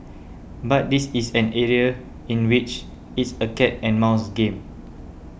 but this is an area in which it's a cat and mouse game